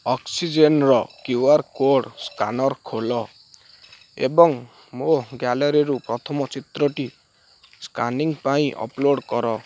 ଅକ୍ସିଜେନ୍ର Q R code scanner ଖୋଲ ଏବଂ ମୋ ଗ୍ୟାଲେରୀରୁ ପ୍ରଥମ ଚିତ୍ରଟି ସ୍କାନିଂ ପାଇଁ ଅପ୍ଲୋଡ଼୍ କର